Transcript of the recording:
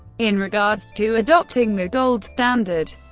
in regards to adopting the gold standard,